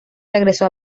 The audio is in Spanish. regresó